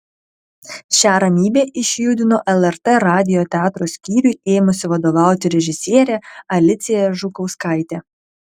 šią ramybę išjudino lrt radijo teatro skyriui ėmusi vadovauti režisierė alicija žukauskaitė